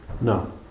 No